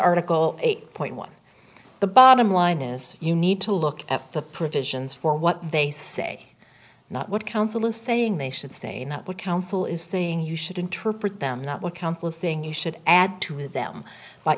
article eight point one the bottom line is you need to look at the provisions for what they say not what counsel is saying they should say not what counsel is saying you should interpret them not what counsel is saying you should add to them